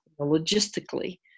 logistically